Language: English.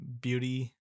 beauty